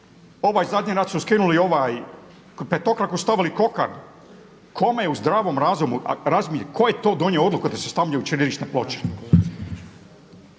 ovaj zadnji … i ovaj petokraku i stavili kokardu. Kome je u zdravom razumu razumije, tko je to donio odluku da se stavljaju ćirilične ploče